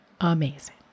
amazing